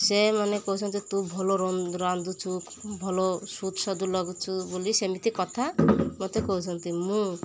ସେମାନେ କହୁଛନ୍ତି ତୁ ଭଲ ରାନ୍ଧୁଛୁ ଭଲ ସୁଦ ସୁଦୁ ଲାଗୁଛି ବୋଲି ସେମିତି କଥା ମୋତେ କହୁଛନ୍ତି ମୁଁ